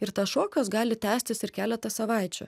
ir tas šokas gali tęstis ir keletą savaičių